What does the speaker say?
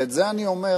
ואת זה אני אומר